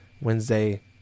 Wednesday